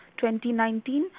2019